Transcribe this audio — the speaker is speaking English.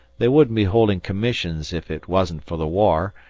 they wouldn't be holding commissions if it wasn't for the war,